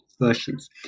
versions